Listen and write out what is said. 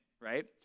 right